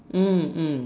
mm mm